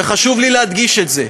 וחשוב לי להדגיש את זה,